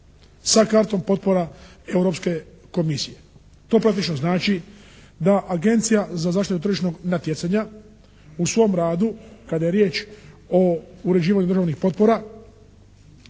sa kartom potpora Europske komisije. To praktično znači da Agencija za zaštitu tržišnog natjecanja u svom radu kada je riječ o uređivanju državnih potpora